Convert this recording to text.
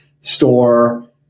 store